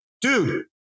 Dude